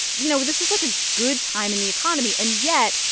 you know, this is like a good time in the economy. and yet,